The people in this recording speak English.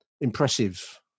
impressive